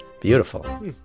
Beautiful